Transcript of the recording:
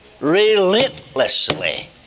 relentlessly